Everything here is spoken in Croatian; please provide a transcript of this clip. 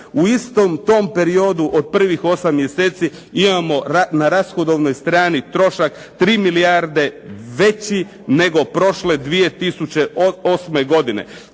U istom tom periodu od prvih 8 mjeseci imamo na rashodovnoj strani trošak 3 milijarde veći nego prošle 2008. godine.